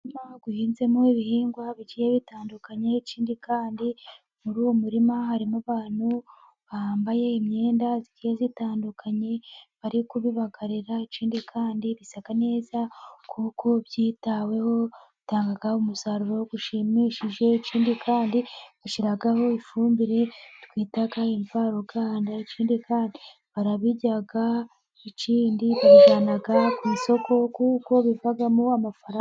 Umurima uhinzemo ibihingwa bigiye bitandukanye, ikindi kandi muri uwo murima harimo abantu bambaye imyenda igiye zitandukanye, bari kubibagarira ikindi kandi bisa neza kuko byitaweho bitanga umusaruro ushimishije, ikindi kandi bashyiraho ifumbire twita imvaruganda ikindi kandi barabirya, ikindi babijyana ku isoko kuko bivamo amafaranga.